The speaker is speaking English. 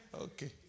okay